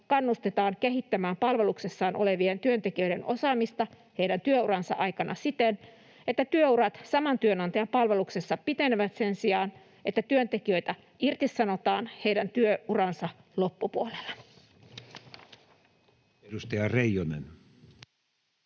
kannustetaan kehittämään palveluksessaan olevien työntekijöiden osaamista heidän työuransa aikana siten, että työurat saman työnantajan palveluksessa pitenevät sen sijaan, että työntekijöitä irtisanotaan heidän työuransa loppupuolella.” [Speech